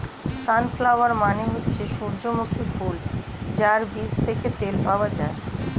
sunflower মানে হচ্ছে সূর্যমুখী ফুল যার বীজ থেকে তেল পাওয়া যায়